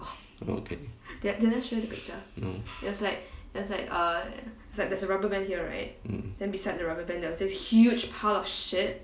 oh okay no mm